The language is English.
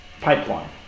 pipeline